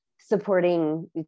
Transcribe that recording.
supporting